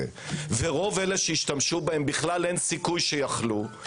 ורוב אלה שישתמשו בזה אין סיכוי שיחלו,